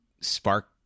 Spark